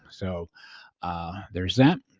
so there's that.